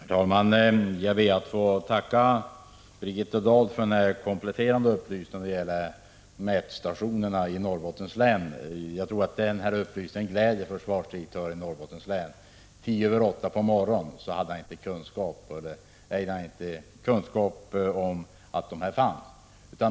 Herr talman! Jag ber att få tacka Birgitta Dahl för den kompletterande upplysningen om mätstationerna i Norrbottens län. Jag tror att denna upplysning gläder försvarsdirektören i Norrbottens län. KI. 08.10 på morgonen hade han inte kunskap om att dessa mätstationer fanns.